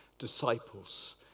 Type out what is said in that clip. disciples